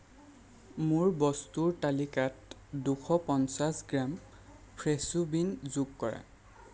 মোৰ বস্তুৰ তালিকাত দুশ পঞ্চাছ গ্ৰাম ফ্ৰেছো বীন যোগ কৰা